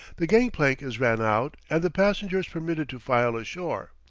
the gang-plank is ran out, and the passengers permitted to file ashore.